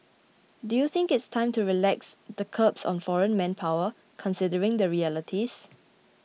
do you think it's time to relax the curbs on foreign manpower considering the realities